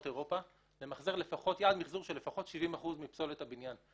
ביעד מחזור של לפחות 70% מפסולת הבניין.